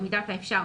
במידת האפשר,